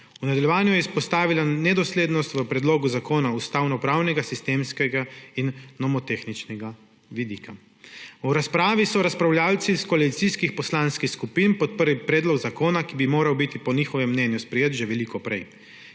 V nadaljevanju je izpostavila nedoslednost v predlogu zakona z ustavnopravnega, sistemskega in nomotehničnega vidika. V razpravi so razpravljavci iz koalicijskih poslanskih skupin podprli predlog zakona, ki bi moral biti po njihovem mnenju sprejet že veliko prej.